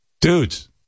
Dudes